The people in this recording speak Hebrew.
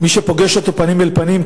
ומי שפוגש אותו פנים אל פנים,